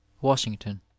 washington